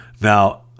Now